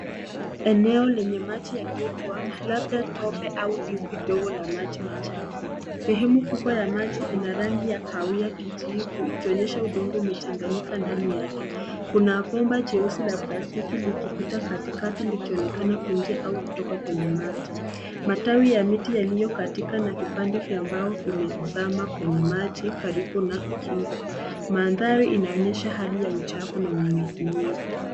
Eneo lenye maji yaliyotuama labda tope au dimbwi dogo la maji machafu. Sehemu kubwa ya maji ina rangi ya kahawia kijiivu ikionyesha udongo umechanganyika ndani yake. Kuna pomba cheusi na plastiki likipita katikati likionekana kuingia au kutoka kwenye maji. Matawi ya miti yaliyo katika na vipande vya mbao vimezama kwenye maji karibu na kingo. Mandhari inaonyesha hali ya uchafu na unyevunyevu.